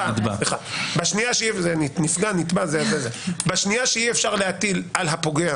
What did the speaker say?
בשנייה שאי אפשר להטיל על הפוגע